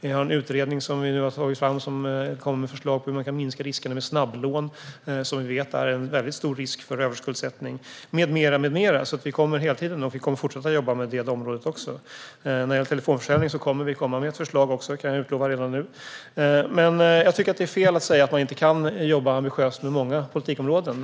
Vi har en utredning som vi nu har tagit fram som kommit med förslag på hur man kan minska riskerna med snabblån, som vi vet är en väldigt stor risk för överskuldsättning, med mera. Vi kommer hela tiden att fortsätta att jobba med också det området. När det gäller telefonförsäljning kommer vi att komma med ett förslag. Det kan jag utlova redan nu. Det är fel att säga att man inte kan jobba ambitiöst med många politikområden.